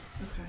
Okay